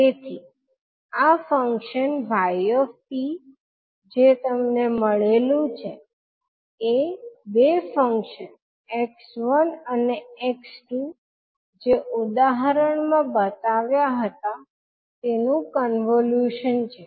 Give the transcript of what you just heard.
તેથી આ ફંક્શન 𝑦𝑡 જે તમને મળેલું છે એ બે ફંક્શન 𝑥1 અને 𝑥2 જે ઉદાહરણ માં બતાવ્યા હતા તેનું કોન્વોલ્યુશન છે